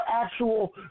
actual